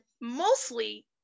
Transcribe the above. mostly